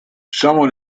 someone